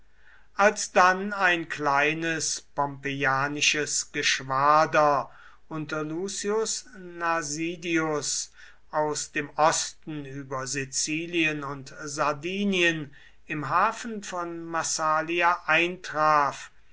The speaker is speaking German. als dann ein kleines pompeianisches geschwader unter lucius nasidius aus dem osten über sizilien und sardinien im hafen von massalia eintraf